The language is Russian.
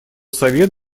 совет